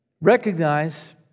Recognize